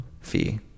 fee